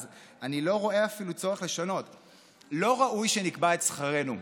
אז אני אפילו לא רואה צורך לשנות: "לא ראוי שנקבע את שכרנו.